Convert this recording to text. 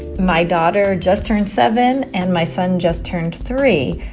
my daughter just turned seven, and my son just turned three.